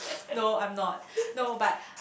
no I'm not no but